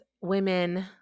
women